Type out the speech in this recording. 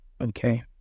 Okay